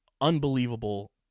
unbelievable